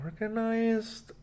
organized